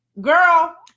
Girl